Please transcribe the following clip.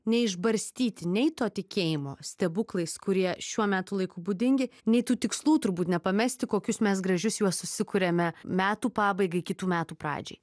neišbarstyti nei to tikėjimo stebuklais kurie šiuo metų laiku būdingi nei tų tikslų turbūt nepamesti kokius mes gražius juos susikuriame metų pabaigai kitų metų pradžiai